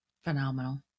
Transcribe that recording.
Phenomenal